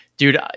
Dude